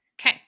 Okay